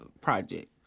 project